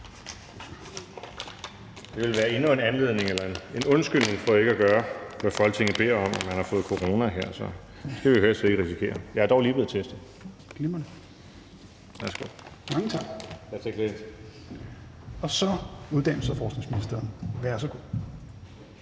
Det ville være endnu en undskyldning for ikke at gøre, hvad Folketinget beder om, at man har fået corona her, så det skal vi jo helst ikke risikere. Jeg er dog lige blevet testet). Glimrende, og mange tak. Så er det uddannelses- og forskningsministeren. Værsgo.